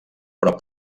però